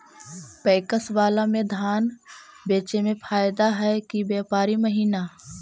PACS बाला में धान बेचे मे फायदा है कि व्यापारी महिना?